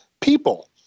people